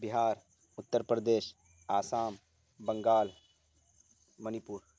بہار اتر پردیش آسام بنگال منی پور